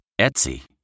Etsy